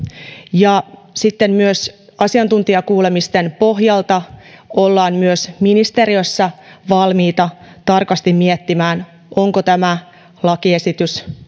ja sitten asiantuntijakuulemisten pohjalta ollaan myös ministeriössä valmiita tarkasti miettimään onko tämä lakiesitys